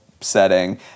setting